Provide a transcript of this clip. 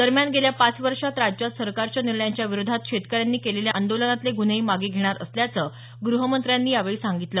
दरम्यान गेल्या पाच वर्षात राज्यात सरकारच्या निर्णयांच्या विरोधात शेतकऱ्यांनी केलेल्या आंदोलनातले गुन्हेही मागे घेणार असल्याचं गृहमंत्र्यांनी यावेळी सांगितलं